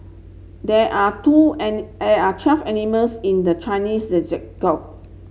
there are two there are twelve animals in the Chinese